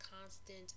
constant